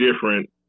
different